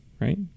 Right